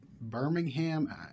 Birmingham